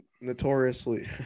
notoriously